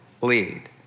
lead